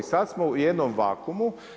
I sada smo u jednom vakummu.